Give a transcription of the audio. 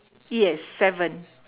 yes seven